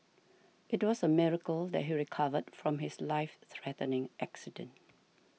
it was a miracle that he recovered from his life threatening accident